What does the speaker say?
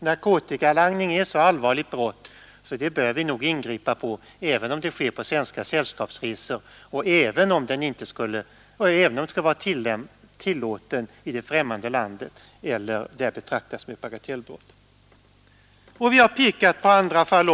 Narkotikalangning är ett så allvarligt brott att vi bör ingripa, även om brottet sker på en sällskapsresa till ett land där narkotikalangning är tillåten eller betraktas som ett mycket milt brott. Vi har även pekat på andra fall.